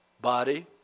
body